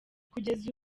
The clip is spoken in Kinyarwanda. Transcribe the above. kugeza